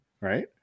right